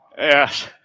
Yes